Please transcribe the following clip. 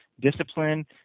discipline